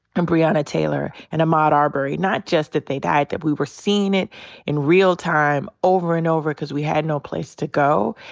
and breonna taylor. and ahmaud arbery. not just that they died. that we were seeing it in real time over and over cause we had no place to go.